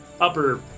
upper